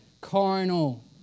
Carnal